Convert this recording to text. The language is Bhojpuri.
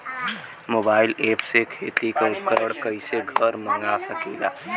मोबाइल ऐपसे खेती के उपकरण कइसे घर मगा सकीला?